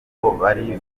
bari